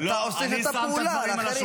אתה עושה את אותה הפעולה על אחרים.